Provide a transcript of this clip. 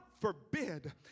forbid